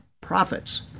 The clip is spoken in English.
profits